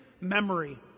memory